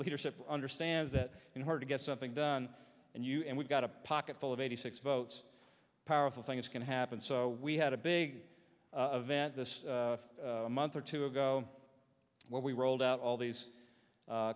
leadership understands that and hard to get something done and you and we've got a pocketful of eighty six votes powerful things can happen so we had a big event this a month or two ago when we rolled out all these